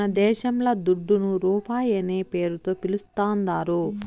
మనదేశంల దుడ్డును రూపాయనే పేరుతో పిలుస్తాందారు